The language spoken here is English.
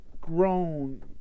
grown